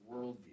worldview